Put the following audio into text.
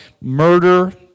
Murder